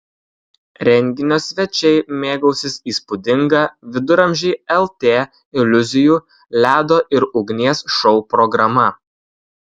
renginio svečiai mėgausis įspūdinga viduramžiai lt iliuzijų ledo ir ugnies šou programa